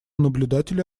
наблюдателя